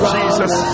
Jesus